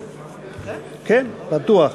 בטוח.